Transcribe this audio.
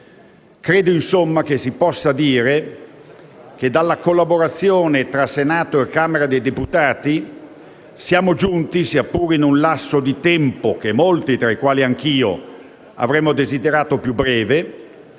che si possa dire che dalla collaborazione tra Senato e Camera dei deputati, sia pure in un lasso di tempo che molti (tra i quali anche io) avrebbero desiderato fosse più breve,